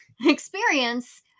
experience